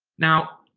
now,